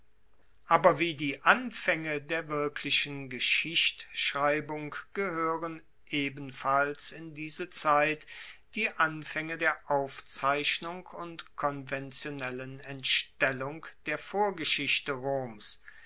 aber wie die anfaenge der wirklichen geschichtschreibung gehoeren ebenfalls in diese zeit die anfaenge der aufzeichnung und konventionellen entstellung der vorgeschichte roms